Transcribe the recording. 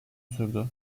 sürdü